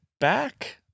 back